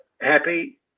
happy